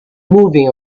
moving